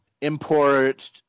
import